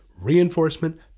Reinforcement